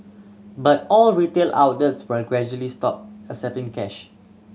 but all retail outlets will gradually stop accepting cash